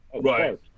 right